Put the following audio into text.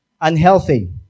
unhealthy